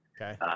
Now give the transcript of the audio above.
okay